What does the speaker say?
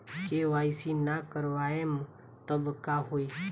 KYC ना करवाएम तब का होई?